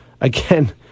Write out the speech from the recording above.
again